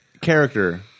character